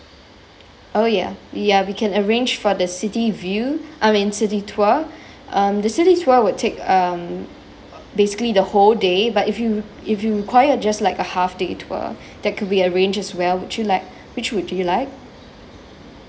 oh ya ya we can arrange for the city view I mean city tour um the city tour would take um basically the whole day but if you if you require just like a half day tour that could be arranged as well would you like which would you like